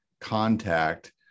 contact